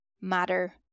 matter